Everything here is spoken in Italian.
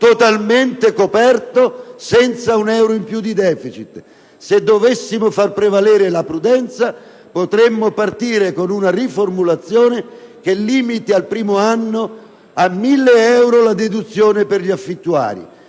totalmente coperto senza un euro di deficit in più. Se dovessimo far prevalere la prudenza, potremmo partire con una riformulazione che al primo anno limiti a 1.000 euro la deduzione per gli affittuari.